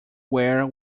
where